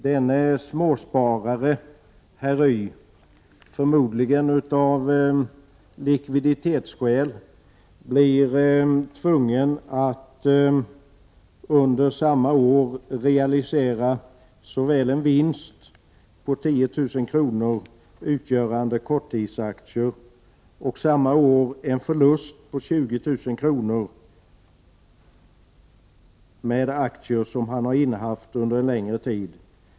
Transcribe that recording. Denne småsparare blir, förmodligen av likviditets = pa Begränsad avdragsrätt skäl, tvungen att under samma år realisera en vinst på 10 000 kr. utgörande 7. >. ärlust korttidsaktier och göra en förlust på 20 000 kr. med aktier som han har för vissareaförluster, m.m. innehaft under en längre tid.